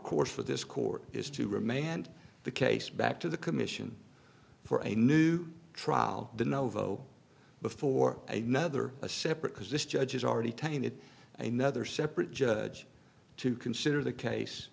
course for this court is to remain and the case back to the commission for a new trial the novo before a nother a separate because this judge is already taking it a nother separate judge to consider the case